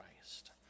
Christ